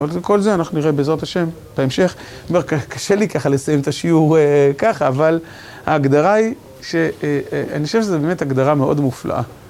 אבל כל זה אנחנו נראה בעזרת השם, בהמשך, קשה לי ככה לסיים את השיעור ככה אבל ההגדרה היא שאני חושב שזו באמת הגדרה מאוד מופלאה.